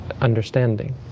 understanding